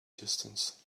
distance